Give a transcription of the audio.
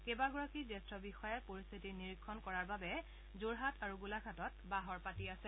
কেইবাগৰাকী জ্যেষ্ঠ বিষয়াই পৰিশ্বিতি নিৰীক্ষণ কৰাৰ বাবে যোৰহাট আৰু গোলাঘাটত বাহৰ পাতি আছে